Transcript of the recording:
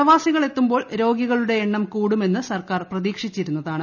പ്രവാസികൾ എത്തുമ്പോൾ രോഗികളുടെ എണ്ണം കൂടുമെന്ന് സർക്കാർ പ്രതീക്ഷിച്ചിരുന്നതാണ്